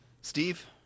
Steve